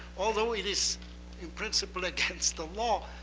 although it is in principle against the law,